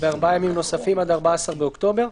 ב-4 ימים נוספים עד ה-14 באוקטובר.